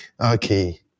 Okay